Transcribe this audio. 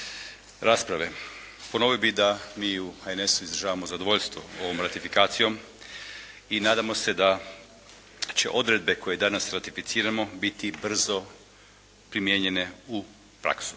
rasprave. Ponovio bih da mi u HNS-u izražavamo zadovoljstvo ovom ratifikacijom i nadamo se da će odredbe koje danas ratificiramo biti brzo primijenjene u praksu.